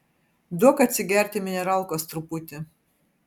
duok atsigerti mineralkos truputį